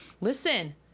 Listen